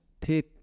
take